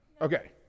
Okay